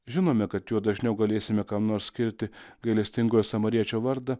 žinome kad juo dažniau galėsime kam nors skirti gailestingojo samariečio vardą